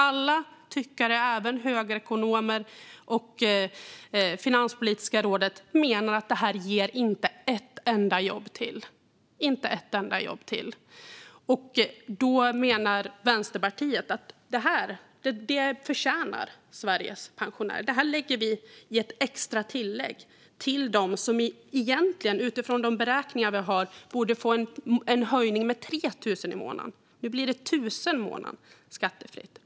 Alla tyckare, även högerekonomer och Finanspolitiska rådet, menar att det inte ger ett enda jobb till. Vänsterpartiet menar att Sveriges pensionärer förtjänar detta. Vi lägger det i ett extra tillägg till dem som egentligen, utifrån de beräkningar vi har, borde få en höjning med 3 000 kronor i månaden. Nu blir det 1 000 kronor i månaden, skattefritt.